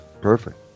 Perfect